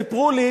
סיפרו לי